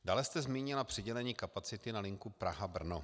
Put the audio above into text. Dále jste zmínila přidělení kapacity na linku Praha Brno.